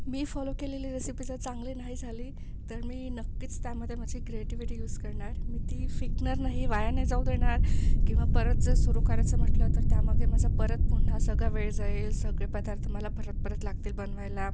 मी follow केलेली recipe जर चांगली नाही झाली तर मी नक्कीच त्यामध्ये माझी क्रिएटिव्हिटी युज करणार मी ती फेकणार नाही वाया नाही जाऊ देणार किंवा परत जर सुरू करायचं म्हटलं तर त्यामागे माझा परत पुन्हा सगळा वेळ जाईल सगळे पदार्थ मला परत परत लागतील बनवायला